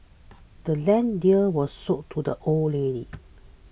the land's deed was sold to the old lady